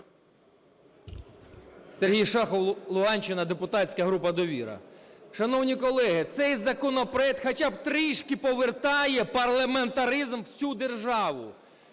Сергій Шахов, Луганщина, депутатська група "Довіра". Шановні колеги, цей законопроект хоча б трішки повертає парламентаризм в цю державу.